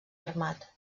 armat